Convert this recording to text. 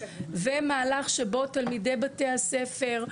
ומהלך שבו תלמידי הספר,